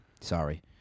sorry